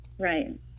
Right